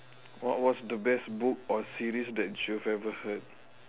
what was the most book or series that you have ever heard